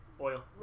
Oil